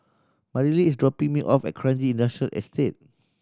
Marilee is dropping me off at Kranji Industrial Estate